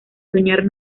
soñar